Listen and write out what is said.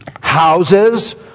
Houses